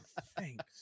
Thanks